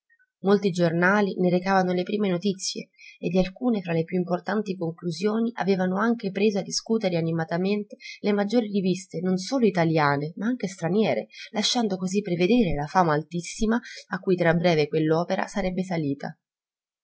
molti giornali ne recavano le prime notizie e di alcune fra le più importanti conclusioni avevano anche preso a discutere animatamente le maggiori riviste non solo italiane ma anche straniere lasciando così prevedere la fama altissima a cui tra breve quell'opera sarebbe salita